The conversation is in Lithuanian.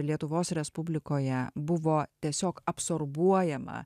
lietuvos respublikoje buvo tiesiog absorbuojama